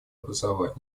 образование